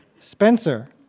Spencer